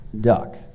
duck